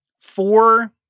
four